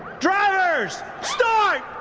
drivers, start